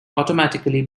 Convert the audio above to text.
automatically